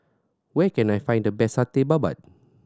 where can I find the best Satay Babat